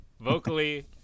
vocally